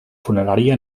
funerària